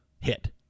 hit